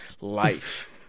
life